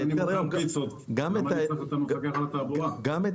גם את